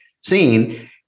seen